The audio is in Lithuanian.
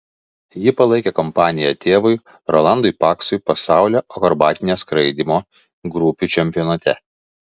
ji palaikė kompaniją tėvui rolandui paksui pasaulio akrobatinio skraidymo grupių čempionate